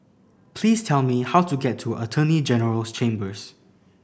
please tell me how to get to Attorney General's Chambers